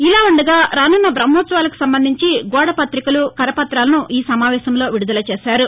ఇలా వుండగా రాసున్న బహ్మోత్సవాకు సంబంధించిన గోడపతికలు కరపతాలను ఈ సమావేశంలో విడుదల చేశారు